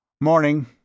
Morning